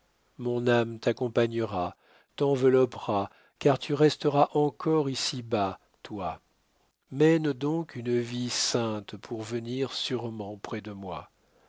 mon âme t'accompagnera t'enveloppera car tu resteras encore ici-bas toi mène donc une vie sainte pour venir sûrement près de moi